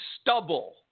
stubble